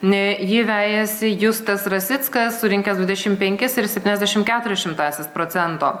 ne jį vejasi justas rasickas surinkęs dvidešimt penkis ir septyniasdešimt keturias šimtąsias procento